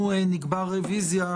אנחנו נקבע רוויזיה,